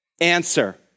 Answer